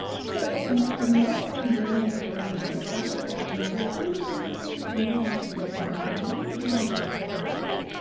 so some mess in romancelandia, which i feel like i never truly understand what's going on over there but i'm going to do my best to summarize.